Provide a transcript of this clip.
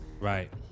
Right